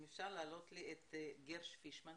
אם אפשר להעלות את גרש פישמן.